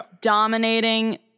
dominating